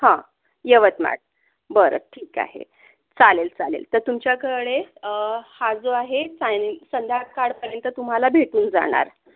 हं यवतमाळ बरं ठीक आहे चालेल चालेल तर तुमच्याकडे हा जो आहे सायं संध्याकाळपर्यंत तुम्हाला भेटून जाणार